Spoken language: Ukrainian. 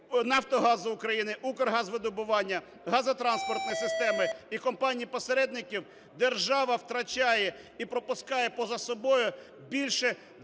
"Нафтогазу України", "Укргазвидобування", газотранспортної системи і компаній-посередників, держава втрачає і пропускає поза собою більше 8